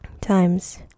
times